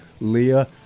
Leah